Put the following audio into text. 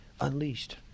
unleashed